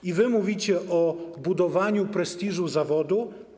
I wy mówicie o budowaniu prestiżu zawodu?